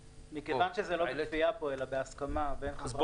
מכיוון שזה לא בכפייה פה אלא בהסכמה בין החברות